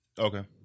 Okay